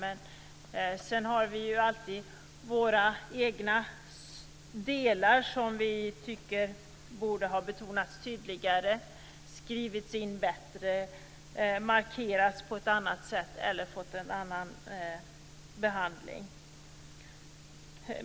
Men sedan har vi ju alltid våra egna delar, som vi tycker borde ha betonats tydligare, skrivits in bättre, markerats på ett annat sätt eller fått en annan behandling.